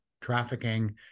trafficking